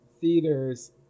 theaters